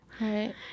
Right